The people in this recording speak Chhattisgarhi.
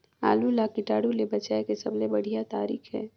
आलू ला कीटाणु ले बचाय के सबले बढ़िया तारीक हे?